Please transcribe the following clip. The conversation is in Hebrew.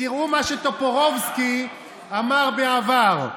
תראו מה שטופורובסקי אמר בעבר,